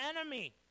enemy